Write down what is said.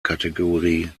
kategorie